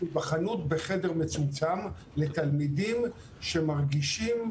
היבחנות בחדר מצומצם לתלמידים שמרגישים